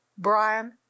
Brian